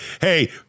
hey